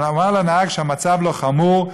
הוא אמר לנהג שהמצב לא חמור,